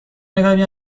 نگاهی